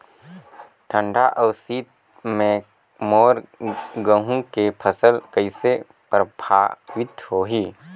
ठंडा अउ शीत मे मोर गहूं के फसल कइसे प्रभावित होही?